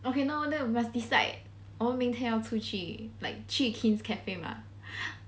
okay now then we must decide 我们明天要出去 like 去 kin's cafe 吗